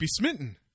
besmitten